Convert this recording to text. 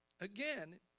Again